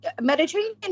Mediterranean